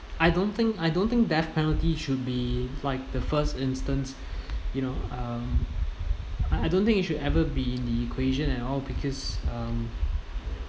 I don't think I don't think death penalty should be like the first instance you know um I don't think it should ever be in the equation at all because um